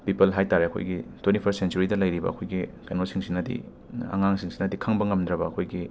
people ꯍꯥꯏꯇꯥꯔꯦ ꯑꯩꯈꯣꯏꯒꯤ twenty first ꯁꯦꯟꯆꯨꯔꯤꯗ ꯑꯩꯈꯣꯏꯒꯤ ꯀꯩꯅꯣꯁꯤꯡꯁꯤꯅꯗꯤ ꯑꯉꯥꯡꯁꯤꯡꯁꯤꯅꯗꯤ ꯈꯪꯕ ꯉꯝꯗ꯭ꯔꯕ ꯑꯩꯈꯣꯏꯒꯤ